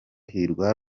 hirwa